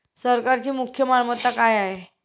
सरकारची मुख्य मालमत्ता काय आहे?